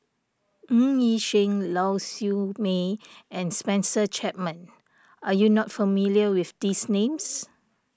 Ng Yi Sheng Lau Siew Mei and Spencer Chapman are you not familiar with these names